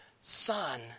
son